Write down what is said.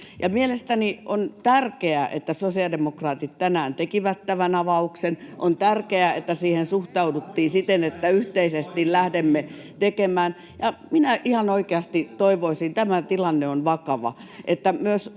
Mielestäni on tärkeää, että sosiaalidemokraatit tänään tekivät tämän avauksen. On tärkeää, että siihen suhtauduttiin [Ben Zyskowiczin välihuuto — Hälinää] siten, että yhteisesti lähdemme tekemään. Ja minä ihan oikeasti toivoisin — tämä tilanne on vakava